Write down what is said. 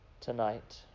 tonight